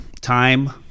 time